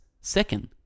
Second